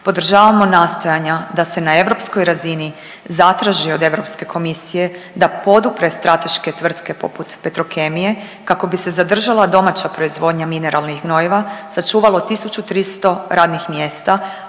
Podržavamo nastojanja da se na europskoj razini zatraži od EU komisije da podupre strateške tvrtke poput Petrokemije kako bi se zadržala domaća proizvodnja mineralnih gnojiva, sačuvalo 1300 radnih mjesta,